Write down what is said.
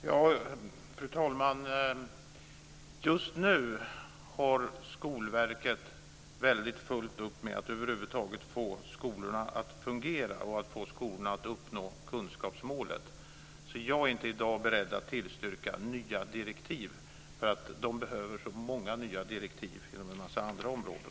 Fru talman! Just nu har Skolverket fullt upp med att över huvud taget få skolorna att fungera och att få skolorna att uppnå kunskapsmålet. Jag är inte i dag beredd att tillstyrka nya direktiv, för de behöver så många nya direktiv inom en massa andra områden.